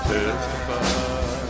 Testify